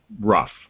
rough